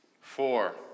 Four